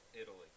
Italy